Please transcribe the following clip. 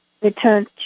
return